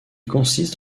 consiste